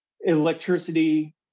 electricity